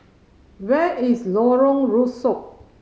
where is Lorong Rusuk